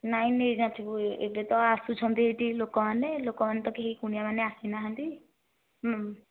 ନାଇଁ ନେଇ ନଥିବୁ ଏବେ ତ ଆସୁଛନ୍ତି ଏଇଠି ଲୋକମାନେ ଲୋକମାନେ ତ କେହି କୁଣିଆମାନେ ଆସିନାହାନ୍ତି